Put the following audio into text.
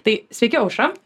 tai sveiki aušra